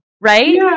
Right